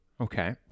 okay